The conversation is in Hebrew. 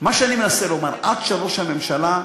מה שאני מנסה לומר, שעד שראש הממשלה,